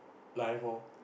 life loh